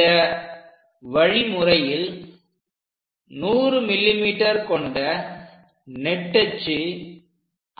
இந்த வழிமுறையில் 100 mm நீளம் கொண்ட நெட்டச்சு